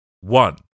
one